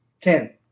Ten